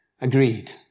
Agreed